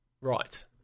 Right